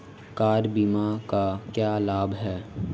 Car बीमा का क्या लाभ है?